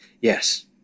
Yes